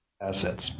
assets